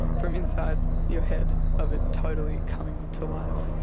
from inside your head, of it totally coming to life.